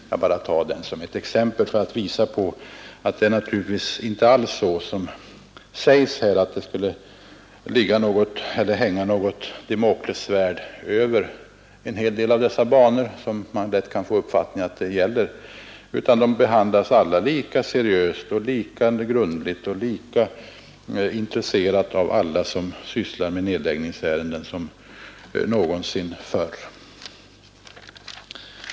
Jag bara tar den som ett exempel för att visa att det naturligtvis inte alls är så som det här sägs att det skulle hänga något Damoklessvärd över en hel del av dessa banor vilket man av debatten här lätt kan få uppfattningen att det gör, utan de behandlas alla lika seriöst och lika grundligt och lika intresserat av alla som sysslar med nedläggningsärenden som någonsin förr.